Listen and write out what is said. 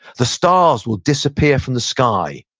the stars will disappear from the sky.